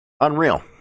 unreal